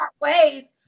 ways